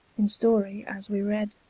in storie, as we read.